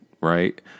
right